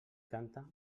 canta